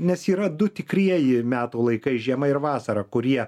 nes yra du tikrieji metų laikai žiema ir vasara kurie